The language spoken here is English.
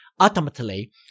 ultimately